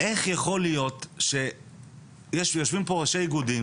איך יכול להיות שיושבים פה ראשי איגודים,